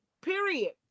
period